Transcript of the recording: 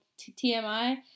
TMI